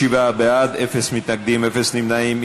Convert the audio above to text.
57 בעד, אין מתנגדים, אין נמנעים.